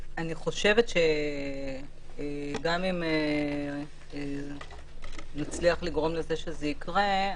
אני חושבת שגם אם נצליח לגרום לזה שזה יקרה,